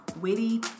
witty